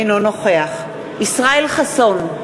אינו נוכח ישראל חסון,